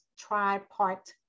tripart